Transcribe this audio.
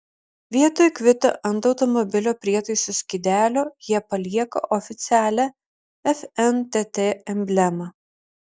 vietoj kvito ant automobilio prietaisų skydelio jie palieka oficialią fntt emblemą